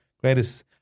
greatest